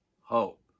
hope